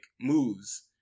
moves